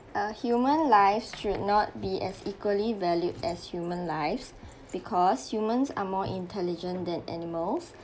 err human lives should not be as equally valued as human lives because humans are more intelligent than animals